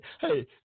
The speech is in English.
hey